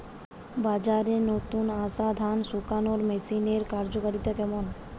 বাজারে নতুন আসা ধান শুকনোর মেশিনের কার্যকারিতা কেমন?